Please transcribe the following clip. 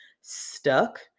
stuck